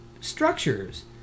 structures